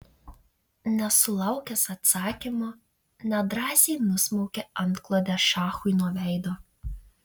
nesulaukęs atsakymo nedrąsiai nusmaukė antklodę šachui nuo veido